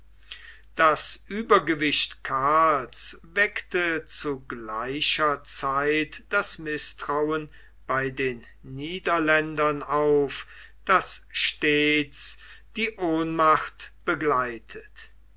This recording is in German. das uebergewicht karls weckte zu gleicher zeit das mißtrauen bei den niederländern auf das stets die ohnmacht begleitet